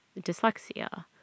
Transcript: dyslexia